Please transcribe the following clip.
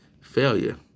failure